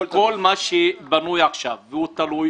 כל מה שבנוי ותלוי,